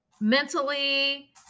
mentally